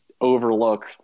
overlook